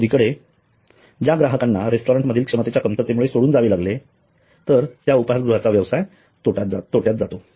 दुसरीकडे जर ग्राहकांना रेस्टॉरंटमधील क्षमतेच्या कमतरतेमुळे सोडून जावे लागले तर त्या उपाहारगृहाचा व्यवसाय तोट्यात जातो